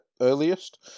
earliest